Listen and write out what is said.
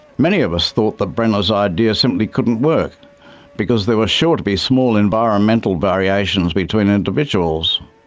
many of us thought that brenner's idea simply couldn't work because there were sure to be small environmental variations between individuals,